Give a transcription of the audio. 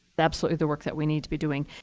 absolutely the work that we need to be doing.